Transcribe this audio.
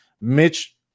Mitch